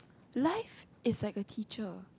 life is like a teacher